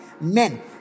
Men